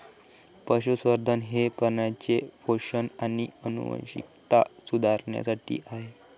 पशुसंवर्धन हे प्राण्यांचे पोषण आणि आनुवंशिकता सुधारण्यासाठी आहे